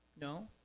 No